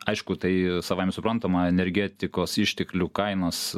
aišku tai savaime suprantama energetikos išteklių kainos